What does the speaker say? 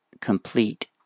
complete